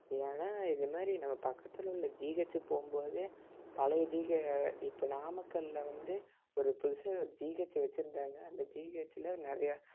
ஏன்னா இது மாதிரி நம்ம பக்கத்தில் உள்ள ஜிஹச்சுக்கு போகும் போது பழைய ஜிஹ இப்போ நாமக்கலில் வந்து ஒரு புதுசாக ஒரு ஜிஹச் வச்சுருந்தாங்க அந்த ஜிஹச்சில் நிறையா